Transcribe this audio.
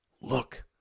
Look